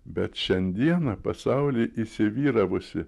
bet šiandieną pasauly įsivyravusi